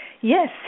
Yes